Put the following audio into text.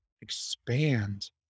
expand